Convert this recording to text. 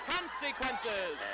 Consequences